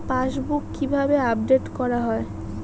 Passbook কিভাবে update করা হয়?